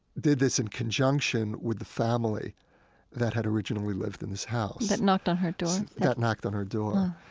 did this in conjunction with the family that had originally lived in this house, that knocked on her door that knocked on her door.